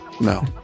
No